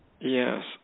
Yes